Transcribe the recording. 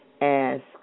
ask